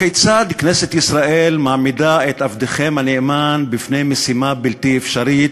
הכיצד מעמידה כנסת ישראל את עבדכם הנאמן בפני משימה בלתי אפשרית,